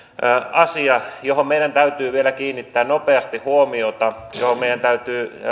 asia johon meidän täytyy vielä kiinnittää nopeasti huomiota ja johon meidän täytyy